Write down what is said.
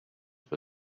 for